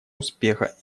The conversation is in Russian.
успеха